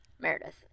Meredith